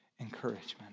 encouragement